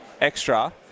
extra